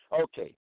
Okay